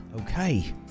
okay